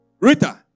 Rita